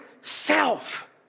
self